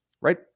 right